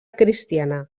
cristiana